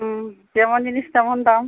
হুম যেমন জিনিস তেমন দাম